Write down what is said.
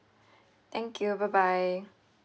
thank you bye bye